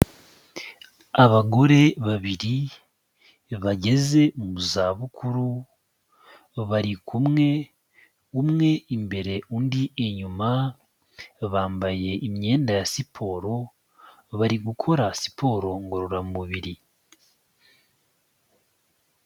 Abagore babiri bageze mu zabukuru bari kumwe, umwe imbere, undi inyuma, bambaye imyenda ya siporo, bari gukora siporo ngororamubiri.